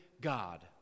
God